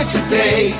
Today